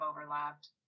overlapped